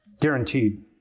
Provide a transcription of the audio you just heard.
Guaranteed